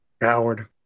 Howard